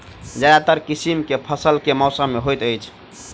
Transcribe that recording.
ज्यादातर किसिम केँ फसल केँ मौसम मे होइत अछि?